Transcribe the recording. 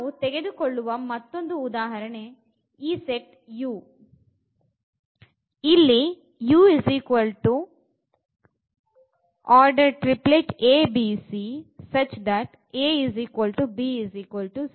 ನಾವು ತೆಗೆದುಕೊಳ್ಳುವ ಮತ್ತೊಂದು ಉದಾಹರಣೆ ಈ ಸೆಟ್ ನ ಸಬ್ ಸ್ಪೇಸ್ ಆಗಿರುತ್ತದೆ ಎಂಬುದು